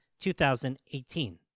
2018